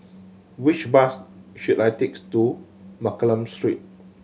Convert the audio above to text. which bus should I takes to Mccallum Street